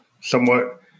somewhat